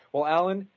well, allan,